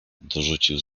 dorzucił